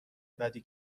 بدی